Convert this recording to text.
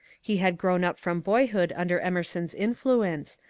he had grown up from boyhood under emerson's influence,